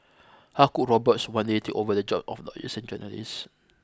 how could robots one day take over the job of lawyers and journalists